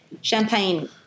Champagne